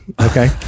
okay